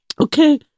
Okay